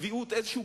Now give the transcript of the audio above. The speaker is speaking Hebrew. קביעות מסוימת,